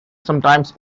sometimes